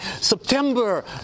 September